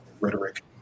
rhetoric